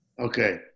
Okay